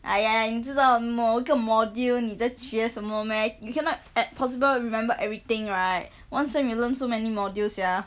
哎呀你知道某一个 module 你在学什么 meh you cannot eh possible remember everything right one sem you learn so many modules sia